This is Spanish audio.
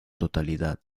totalidad